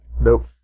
Nope